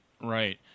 right